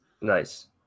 Nice